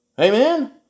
Amen